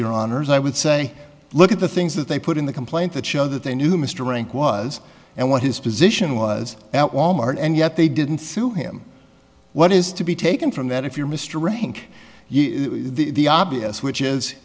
your honour's i would say look at the things that they put in the complaint that show that they knew mr rank was and what his position was at walmart and yet they didn't sue him what is to be taken from that if you're mr rank the obvious which is